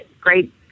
great